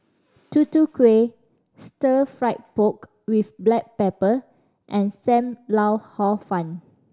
Tutu Kueh Stir Fried Pork With Black Pepper and Sam Lau Hor Fun